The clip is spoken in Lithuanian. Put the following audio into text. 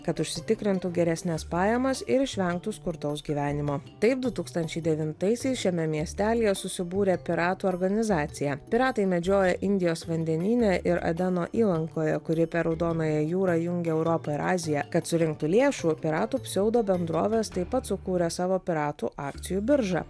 kad užsitikrintų geresnes pajamas ir išvengtų skurdaus gyvenimo taip du tūkstančiai devintaisiais šiame miestelyje susibūrė piratų organizacija piratai medžioja indijos vandenyne ir adeno įlankoje kuri per raudonąją jūrą jungia europą ir aziją kad surinktų lėšų piratų pseudo bendrovės taip pat sukūrė savo piratų akcijų biržą